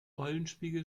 eulenspiegel